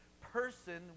person